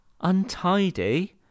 Untidy